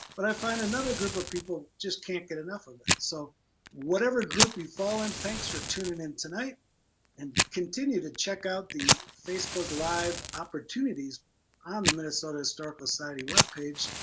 but i find another group of people just can't get enough of it. so whatever group you fall in, thanks for tuning in tonight and continue to check out the facebook live opportunities on the minnesota historical society web page.